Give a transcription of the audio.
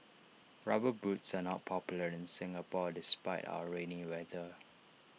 rubber boots are not popular in Singapore despite our rainy weather